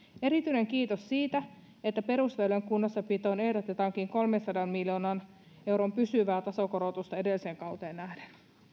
erityinen kiitos siitä että perusväylänpitoon ehdotetaan kolmensadan miljoonan euron pysyvää tasokorotusta edelliseen kauteen nähden